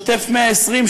שוטף 120,